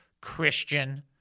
Christian